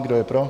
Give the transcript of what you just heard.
Kdo je pro?